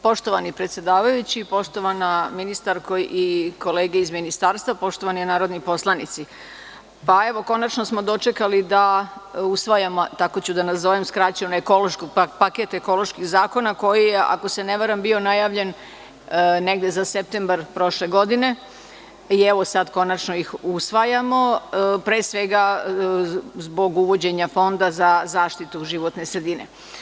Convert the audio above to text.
Poštovani predsedavajući, poštovana ministarko i kolege iz Ministarstva, poštovani narodni poslanici, konačno smo dočekali da usvajamo, tako ću da nazovem, skraćeno, paket ekoloških zakona, koji je, ako se ne varam, bio najavljen negde za septembar prošle godine i evo sad konačno ih usvajamo, pre svega, zbog uvođenja fonda za zaštitu životne sredine.